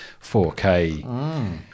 4K